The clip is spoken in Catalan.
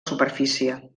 superfície